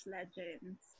Legends